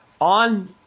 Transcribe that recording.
On